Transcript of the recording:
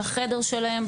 בחדר שלהם,